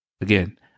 Again